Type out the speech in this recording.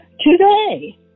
today